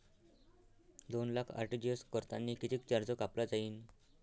दोन लाख आर.टी.जी.एस करतांनी कितीक चार्ज कापला जाईन?